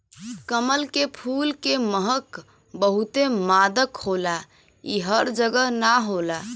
कमल के फूल के महक बहुते मादक होला इ हर जगह ना होला